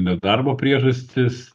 nedarbo priežastis